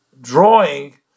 drawing